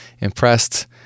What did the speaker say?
impressed